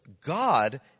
God